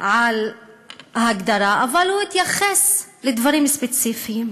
על ההגדרה, התייחס לדברים ספציפיים,